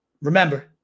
Remember